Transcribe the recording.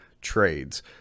trades